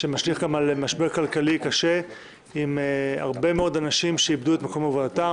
שמשליך גם על משבר כלכלי קשה עם הרבה מאוד אנשים שאיבדו את מקום עבודתם,